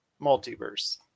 Multiverse